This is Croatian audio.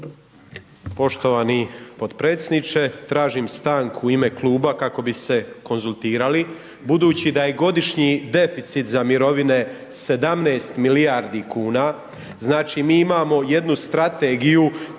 Poštovani potpredsjedniče tražim stanku u ime kluba kako bi se konzultirali budući da je godišnji deficit za mirovine 17 milijardi kuna, znači mi imamo jednu strategiju